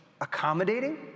accommodating